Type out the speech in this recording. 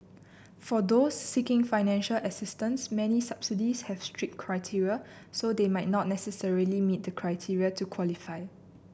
for those seeking financial assistance many subsidies have strict criteria so they might not necessarily meet the criteria to qualify